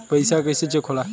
पैसा कइसे चेक होला?